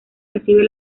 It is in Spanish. recibe